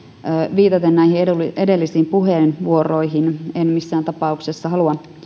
viitaten näihin edellisiin puheenvuoroihin en missään tapauksessa halua